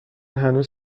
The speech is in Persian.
هنوز